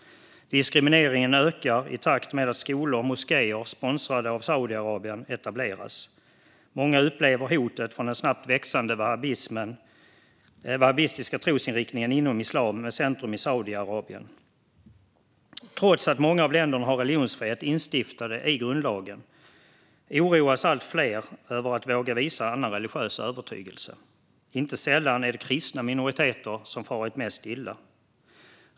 Diskrimineringen ökar i takt med att skolor och moskéer sponsrade av Saudiarabien etableras. Många upplever hotet från den snabbt växande wahhabitiska trosriktningen inom islam med centrum i Saudiarabien. Trots att många av länderna har religionsfrihet instiftad i grundlagen oroar sig allt fler över att våga visa annan religiös övertygelse. Inte sällan är det kristna minoriteter som far mest illa.